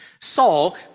Saul